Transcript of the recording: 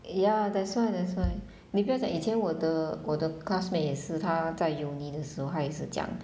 ya that's why that's why 你不要讲以前我的我的 classmate 也是她在 uni 的时候她也是讲